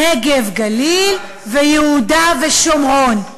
נגב, גליל ויהודה ושומרון.